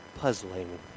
puzzling